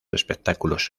espectáculos